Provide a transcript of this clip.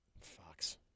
Fox